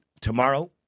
tomorrow